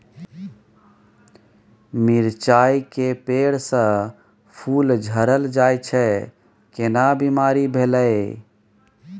मिर्चाय के पेड़ स फूल झरल जाय छै केना बीमारी भेलई?